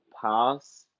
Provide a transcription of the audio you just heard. pass